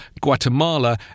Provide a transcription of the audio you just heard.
Guatemala